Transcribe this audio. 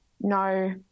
no